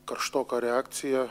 karštoka reakcija